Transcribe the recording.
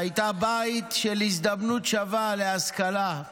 שהייתה בית של הזדמנות שווה להשכלה,